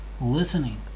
listening